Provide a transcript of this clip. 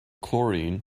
chlorine